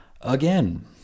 Again